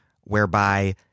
whereby –